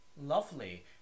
lovely